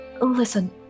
Listen